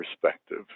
perspective